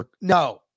no